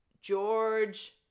George